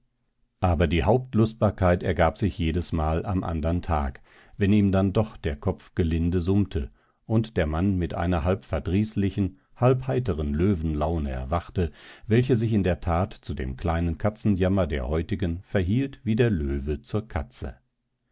aber die hauptlustbarkeit ergab sich jedesmal am andern tag wenn ihm dann doch der kopf gelinde summte und der mann mit einer halb verdrießlichen halb heiteren löwenlaune erwachte welche sich in der tat zu dem kleinen katzenjammer der heutigen verhielt wie der löwe zur katze